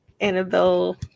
Annabelle